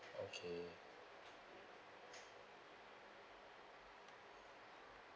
okay